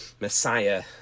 messiah